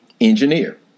engineer